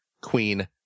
Queen